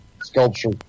sculpture